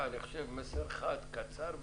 מסר אחד קצר וברור.